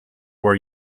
war